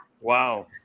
Wow